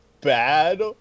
bad